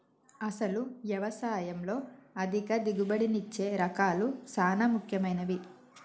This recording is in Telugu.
అసలు యవసాయంలో అధిక దిగుబడినిచ్చే రకాలు సాన ముఖ్యమైనవి